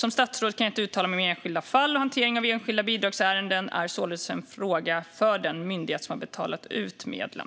Som statsråd kan jag inte uttala mig om enskilda fall, och hantering av enskilda bidragsärenden är således en fråga för den myndighet som har betalat ut medlen.